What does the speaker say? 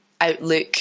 outlook